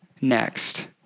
next